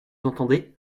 entendez